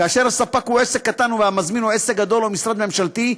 כאשר הספק הוא עסק קטן והמזמין הוא עסק גדול או משרד ממשלתי,